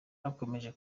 hakomeje